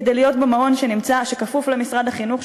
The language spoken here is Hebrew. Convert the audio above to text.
כדי להיות במעון שכפוף למשרד החינוך,